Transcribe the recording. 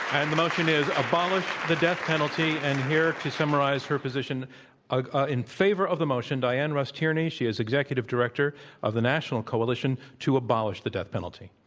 and the motion is abolish the death penalty. and here to summarize her position ah in favor of the motion, diann rust tierney. she is executive director of the national coalition to abolish the death penalty.